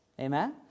Amen